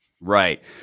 Right